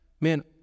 Man